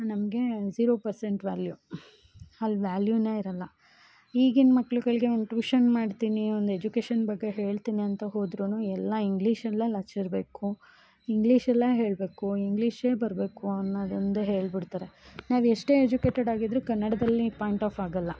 ನಮಗೆ zero percent value ಅಲ್ಲಿ ವ್ಯಾಲ್ಯೂನೇ ಇರೋಲ್ಲಾ ಈಗಿನ ಮಕ್ಳುಗಳಿಗೆ ಒಂದು ಟ್ಯೂಷನ್ ಮಾಡ್ತೀನಿ ಒಂದು ಎಜುಕೇಶನ್ ಬಗ್ಗೆ ಹೇಳ್ತೀನಿ ಅಂತ ಹೋದ್ರೂ ಎಲ್ಲ ಇಂಗ್ಲೀಷಲ್ಲೆ ಲೆಚ್ಚರ್ ಬೇಕು ಇಂಗ್ಲೀಷಲ್ಲೆ ಹೇಳಬೇಕು ಇಂಗ್ಲೀಷೇ ಬರಬೇಕು ಅನ್ನೋದೊಂದೆ ಹೇಳ್ಬಿಡ್ತಾರೆ ನಾವೆಷ್ಟೇ ಎಜುಕೇಟೆಡ್ ಆಗಿದ್ರು ಕನ್ನಡದಲ್ಲಿ ಪಾಯಿಂಟ್ ಆಫ್ ಆಗೋಲ್ಲ